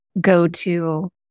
go-to